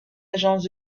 agence